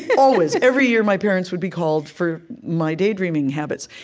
always, every year, my parents would be called for my daydreaming habits.